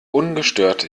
ungestört